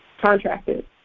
contracted